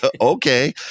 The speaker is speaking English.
okay